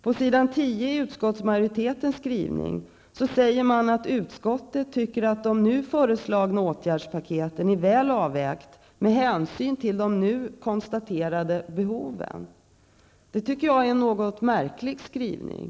På s. 10 i betänkandet säger utskottsmajoriteten att utskottet tycker att det nu föreslagna åtgärdspaketet är väl avvägt med hänsyn till de nu konstaterade behoven. Det tycker jag är en något märklig skrivning.